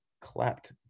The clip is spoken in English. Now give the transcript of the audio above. clapped